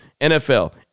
NFL